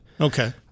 Okay